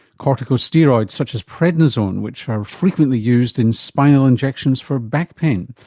corticosteroids, such as prednisone which are frequently used in spinal injections for back pain.